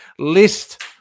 list